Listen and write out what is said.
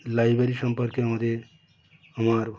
library সম্পর্কে আমাদের আমার